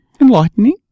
enlightening